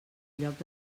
lloc